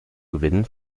gewinnen